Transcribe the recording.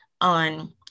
on